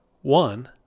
one